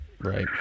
Right